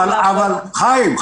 חיים,